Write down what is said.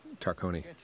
Tarconi